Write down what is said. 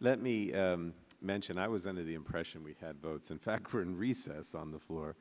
let me mention i was under the impression we had votes in fact for in recess on the floor